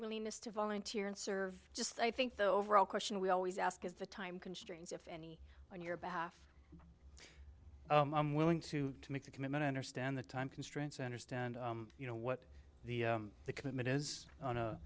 willingness to volunteer and serve just i think the overall question we always ask is the time constraints if any on your behalf i'm willing to make the commitment understand the time constraints understand you know what the commitment is on a